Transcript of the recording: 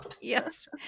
Yes